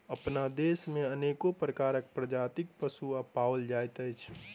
अपना देश मे अनेको प्रकारक प्रजातिक पशु पाओल जाइत अछि